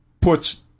puts